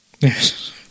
Yes